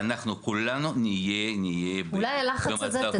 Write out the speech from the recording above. ואנחנו כולנו נהיה במצב --- אולי הלחץ הזה מבורך,